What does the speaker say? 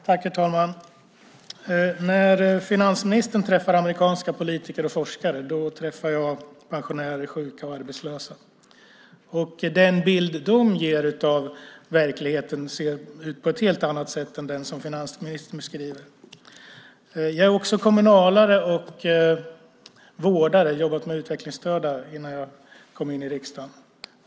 Herr talman! När finansministern träffar amerikanska politiker och forskare träffar jag pensionärer, sjuka och arbetslösa. Den bild de ger av verkligheten ser ut på ett helt annat sätt än den som finansministern beskriver. Jag är också kommunalare och vårdare. Jag har jobbat med utvecklingsstörda innan jag kom in i riksdagen.